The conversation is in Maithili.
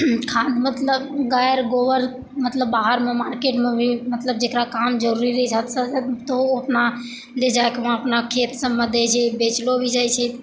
खाद मतलब गाय गोबर मतलब बाहरमे भी मार्केटमे भी मतलब जेकरा काम जरूरी रहै छै मतलब लए जाइ कऽ वहाँ मतलब खेत सबमे अपना दै छै बेचलो भी जाइ छै